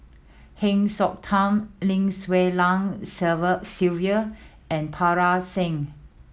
Heng Siok Tian Lim Swee Lian Sylvia and Parga Singh